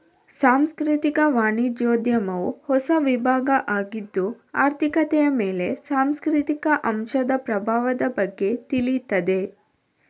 ಸಾಂಸ್ಕೃತಿಕ ವಾಣಿಜ್ಯೋದ್ಯಮವು ಹೊಸ ವಿಭಾಗ ಆಗಿದ್ದು ಆರ್ಥಿಕತೆಯ ಮೇಲೆ ಸಾಂಸ್ಕೃತಿಕ ಅಂಶದ ಪ್ರಭಾವದ ಬಗ್ಗೆ ತಿಳೀತದೆ